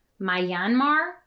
Myanmar